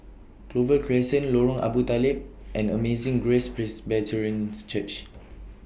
Clover Crescent Lorong Abu Talib and Amazing Grace Presbyterian Church